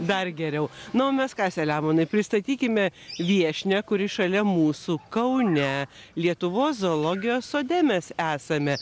dar geriau nu o mes ką selemonai pristatykime viešnią kuri šalia mūsų kaune lietuvos zoologijos sode mes esame